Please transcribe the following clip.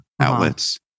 outlets